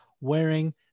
wearing